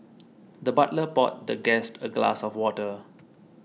the butler poured the guest a glass of water